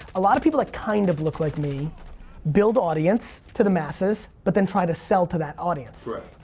a lot of people that kind of look like me build audience to the masses but then try to sell to that audience, right,